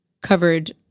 covered